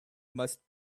must